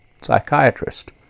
psychiatrist